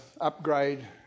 upgrade